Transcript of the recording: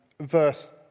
verse